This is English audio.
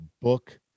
book